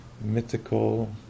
mythical